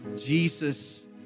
Jesus